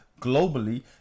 globally